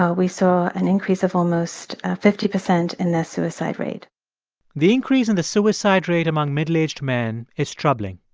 ah we saw an increase of almost fifty percent in the suicide rate the increase in the suicide rate among middle-aged men is troubling.